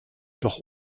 doch